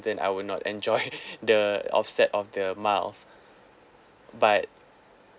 then I will not enjoy the offset of the miles but